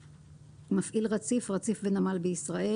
"מפעיל רציף", "רציף" ו-"נמל בישראל"